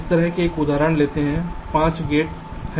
इस तरह से एक उदाहरण लेते हैं 5 गेट हैं